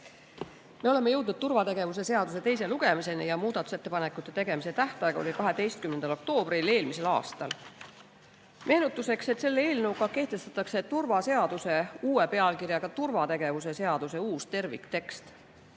Me oleme jõudnud turvategevuse seaduse [eelnõu] teise lugemiseni. Muudatusettepanekute tegemise tähtaeg oli 12. oktoobril eelmisel aastal. Meenutuseks, et selle eelnõuga kehtestatakse turvaseaduse, uue pealkirjaga turvategevuse seaduse uus terviktekst.